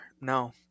No